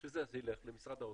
בשביל זה אז זה יילך למשרד האוצר,